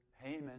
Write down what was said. Haman